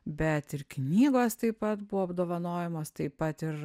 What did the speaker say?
bet ir knygos taip pat buvo apdovanojamos taip pat ir